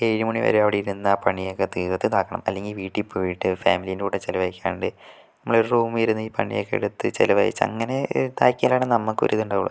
ഏഴ് മണി വരെ അവിടെ ഇരുന്ന് ആ പണിയൊക്കെ തീർത്ത് ഇതാക്കും അല്ലെങ്കിൽ വീട്ടിൽ പോയിട്ട് ഫാമിലിൻ്റെ കൂടെ ചിലവഴിക്കാണ്ട് നമ്മളൊരു റൂമിലിരുന്ന് ഈ പണിയക്കെ എടുത്ത് ചിലവഴിച്ചങ്ങനെ ഇതാക്കിയാലാണ് നമുക്ക് ഒരിതുണ്ടാവുള്ളൂ